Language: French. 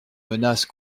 menaces